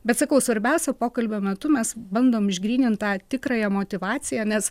bet sakau svarbiausia pokalbio metu mes bandom išgrynin tą tikrąją motyvaciją nes